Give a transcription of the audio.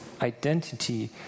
identity